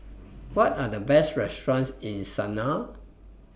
What Are The Best restaurants in Sanaa